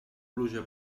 pluja